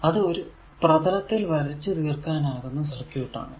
അത് ഒരു പ്രതലത്തിൽ വരച്ചു തീർക്കാനാകുന്ന സർക്യൂട് ആണ്